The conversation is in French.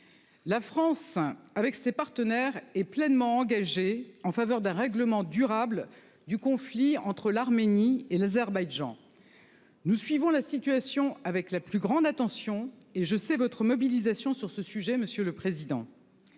La France hein avec ses partenaires est pleinement engagée en faveur d'un règlement durable du conflit entre l'Arménie et l'Azerbaïdjan. Nous suivons la situation avec la plus grande attention et, je sais votre mobilisation sur ce sujet, monsieur le président.